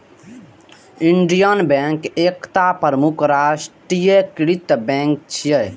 Indian Bank एकटा प्रमुख राष्ट्रीयकृत बैंक छियै